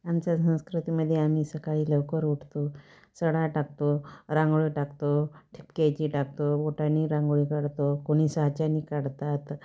आमच्या संस्कृतीमध्ये आम्ही सकाळी लवकर उठतो सडा टाकतो रांगोळी टाकतो ठिपक्याची टाकतो बोटाने रांगोळी काढतो कोणी साच्याने काढतात